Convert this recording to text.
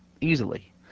easily